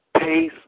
pace